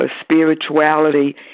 spirituality